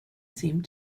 seemed